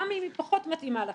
גם אם היא פחות מתאימה לכם,